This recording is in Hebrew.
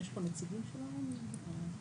יש מישהו בזום מהפנימיות שמעוניין להגיב?